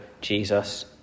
Jesus